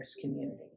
community